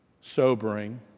sobering